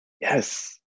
Yes